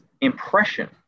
impression